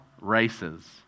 races